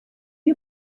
you